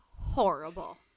horrible